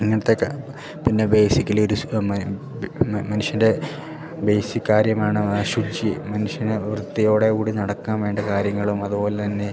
ഇങ്ങനത്തെയൊക്കെ പിന്നെ ബേസിക്കലി ഒരു സ് മ മ മനുഷ്യൻ്റെ ബേസിക് കാര്യമാണ് ശുചി മനുഷ്യനെ വൃത്തിയോടു കൂടി നടക്കാൻ വേണ്ട കാര്യങ്ങളും അതു പോലെ തന്നെ